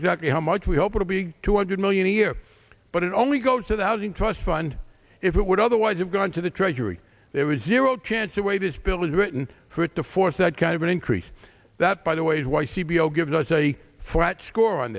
exactly how much we hope will be two hundred million a year but it only goes to the housing trust fund if it would otherwise have gone to the treasury there was zero chance the way this bill was written for it to force that kind of an increase that by the way is why c b o gives us a flat score on